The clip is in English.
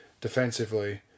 Defensively